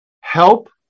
help